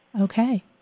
Okay